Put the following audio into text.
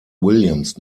williams